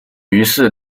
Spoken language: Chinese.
于是